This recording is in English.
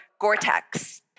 Gore-Tex